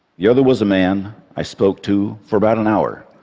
the other was a man i spoke to for about an hour.